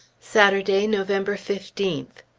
saturday, november fifteenth.